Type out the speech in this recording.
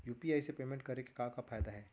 UPI से payment करे के का का फायदा हे?